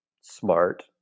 smart